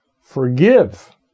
forgive